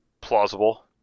plausible